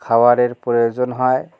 খাবারের প্রয়োজন হয়